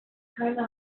keiner